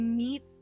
meet